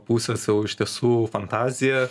pusės jau iš tiesų fantazija